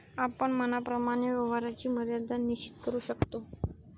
आपण मनाप्रमाणे व्यवहाराची मर्यादा निश्चित करू शकतो